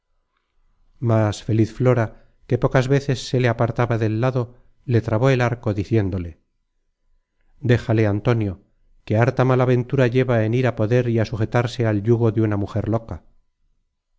mas feliz flora que pocas veces se le apartaba del lado le trabó del arco diciéndole déjale antonio que harta mala ventura lleva en ir á poder y á sujetarse al yugo de una mujer loca